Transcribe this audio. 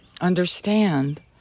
Understand